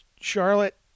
Charlotte